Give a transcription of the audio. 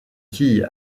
quille